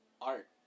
Art